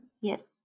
Yes